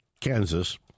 Kansas